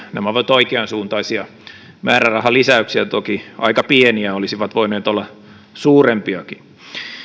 nämä ovat oikeansuuntaisia määrärahalisäyksiä toki aika pieniä olisivat voineet olla suurempiakin